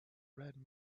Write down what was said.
red